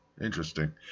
interesting